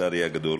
לצערי הגדול,